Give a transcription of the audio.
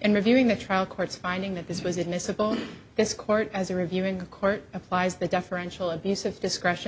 and reviewing the trial court's finding that this was admissible this court as a review in court applies the deferential abuse of discretion